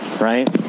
right